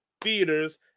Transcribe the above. theaters